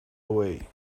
away